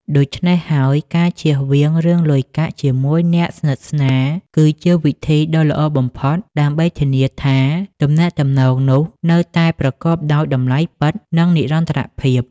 ដូច្នេះហើយ ការជៀសវាងរឿងលុយកាក់ជាមួយអ្នកស្និទ្ធស្នាល គឺជាវិធីដ៏ល្អបំផុតដើម្បីធានាថាទំនាក់ទំនងនោះនៅតែប្រកបដោយតម្លៃពិត និងនិរន្តរភាព។